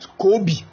kobe